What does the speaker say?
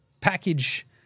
package